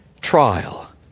trial